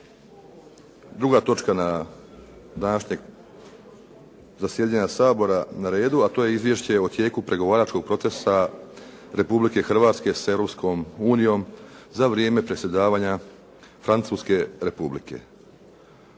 druga točka na današnjem zasjedanju Sabora na redu, a to je izvješće o tijeku pregovaračkog procesa Republike Hrvatske sa Europskom unijom za vrijeme predsjedavanja Francuske Republike.